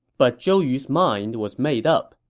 but zhou yu's mind was made up.